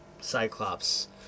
cyclops